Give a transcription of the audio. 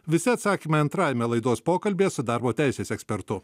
visi atsakymai antrajame laidos pokalbyje su darbo teisės ekspertu